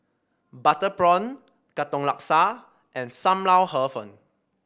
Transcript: Butter Prawn Katong Laksa and Sam Lau Hor Fun